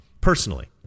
personally